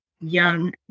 young